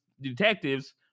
detectives